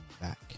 back